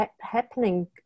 happening